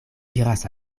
iras